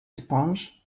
sponge